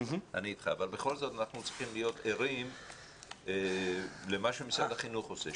אבל בכל זאת אנחנו צריכים להיות ערים למה שמשרד החינוך עושה.